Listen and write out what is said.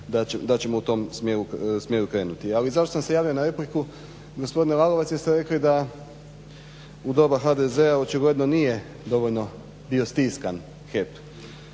da ćemo u tom smjeru krenuti. Ali zašto sam se javio na repliku, gospodine Lalovac jer ste rekli da u doba HDZ-a očigledno nije dovoljno bio stiskan HEP.